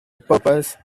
purpose